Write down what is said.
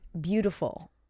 beautiful